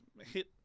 hit